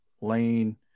Lane